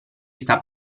sta